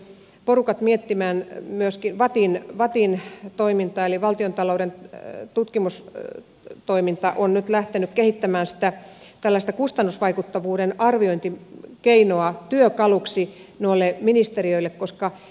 minä olen pistänyt porukat miettimään myöskin vattin toiminnan eli valtiontalouden tutkimustoiminta on nyt lähtenyt kehittämään tällaista kustannusvaikuttavuuden arviointikeinoa työkaluksi ministeriöille